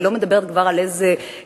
אני כבר לא מדברת על איזה מאכלים,